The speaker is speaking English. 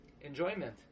enjoyment